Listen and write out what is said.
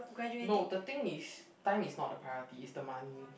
no the thing is time is not the priority it's the money